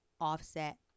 Offset